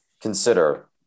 Consider